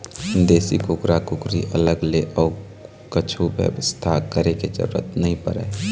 देसी कुकरा कुकरी अलग ले अउ कछु बेवस्था करे के जरूरत नइ परय